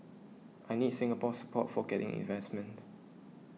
I need Singapore's support for getting investment